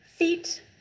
Feet